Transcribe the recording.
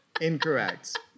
Incorrect